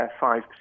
five